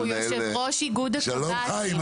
הוא יושב ראש איגוד החברה --- שלום חיים,